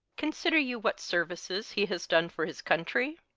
consider you what services he has done for his country?